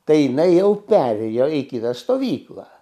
tai jinai jau perėjo į kitą stovyklą